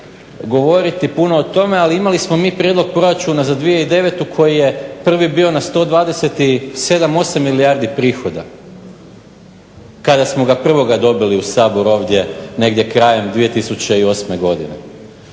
govoriti puno o tome ali imali smo mi prijedlog proračuna za 2009. Koji je prvi bio na 127, 8 milijardi prihoda, kada smo ga prvoga dobili u Sabor ovdje negdje krajem 2008. Godine.